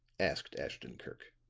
asked ashton-kirk.